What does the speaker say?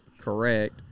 Correct